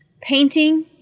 painting